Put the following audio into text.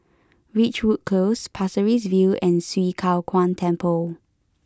Ridgewood close Pasir Ris View and Swee Kow Kuan Temple